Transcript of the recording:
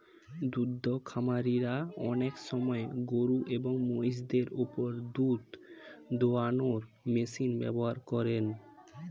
দুদ্ধ খামারিরা অনেক সময় গরুএবং মহিষদের ওপর দুধ দোহানোর মেশিন ব্যবহার করেন